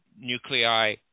nuclei